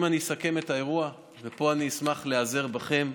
אם אני אסכם את האירוע, ופה אני אשמח להיעזר בכם: